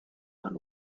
wahl